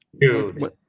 dude